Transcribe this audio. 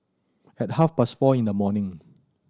at half past four in the morning